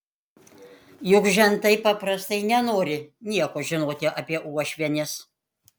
juk žentai paprastai nenori nieko žinoti apie uošvienes